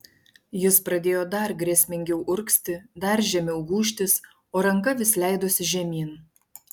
jis pradėjo dar grėsmingiau urgzti dar žemiau gūžtis o ranka vis leidosi žemyn